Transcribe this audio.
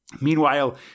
Meanwhile